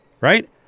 right